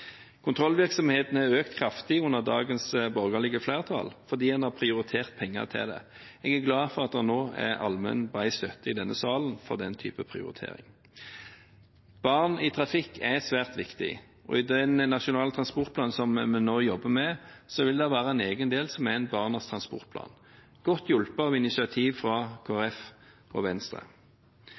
Kontrollvirksomheten har økt kraftig under dagens borgerlige flertall, fordi en har prioritert penger til det. Jeg er glad for at det nå er allmenn, bred støtte i denne salen for den type prioritering. Barn i trafikk er svært viktig, og i den nasjonale transportplanen som vi nå jobber med, vil det være en egen del som er en barnas transportplan, godt hjulpet av initiativ fra Kristelig Folkeparti og Venstre.